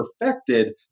perfected